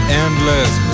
endless